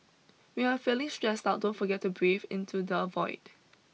when you are feeling stressed out don't forget to breathe into the void